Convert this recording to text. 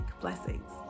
Blessings